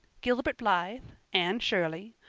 gilbert blythe, anne shirley,